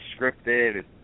scripted